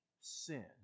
sin